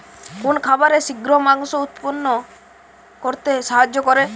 কোন খাবারে শিঘ্র মাংস উৎপন্ন করতে সাহায্য করে?